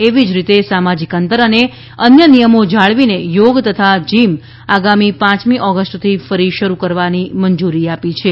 એવી જ રીતે સામાજિક અંતર અને અન્ય નિયમો જાળવીને યોગ તથા જીમ આગામી પાંચમી ઓગસ્ટથી ફરી શરૃ કરવાની મંજુરી આપી છે